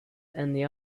and